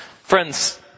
Friends